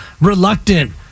reluctant